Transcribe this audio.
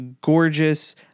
gorgeous